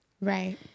Right